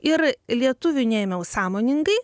ir lietuvių neėmiau sąmoningai